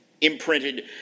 imprinted